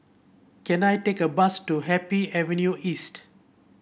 can I take a bus to Happy Avenue East